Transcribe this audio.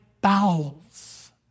bowels